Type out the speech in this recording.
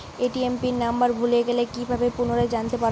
ATM PIN number ভুলে গেলে কি ভাবে পুনরায় জানতে পারবো?